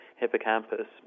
hippocampus